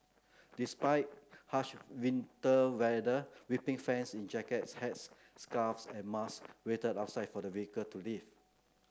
despite harsh winter weather weeping fans in jackets hats scarves and masks waited outside for the vehicle to leave